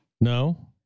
No